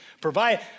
provide